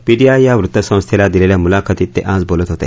PTI या वृत्तसंस्थेला दिलेल्या मुलाखतीत ते आज बोलत होते